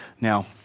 Now